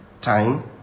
time